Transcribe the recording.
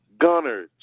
Gunner